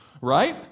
Right